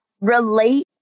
relate